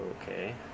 Okay